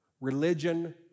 religion